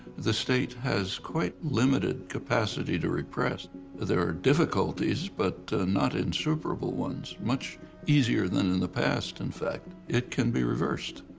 the state has quite limited capacity to repress there are difficulties but not insuperable ones much easier than in the past in fact, it can be reversed.